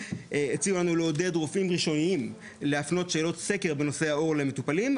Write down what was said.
הציעו לנו לעודד רופאים ראשוניים להפנות שאלות סקר בנושא העור למטופלים,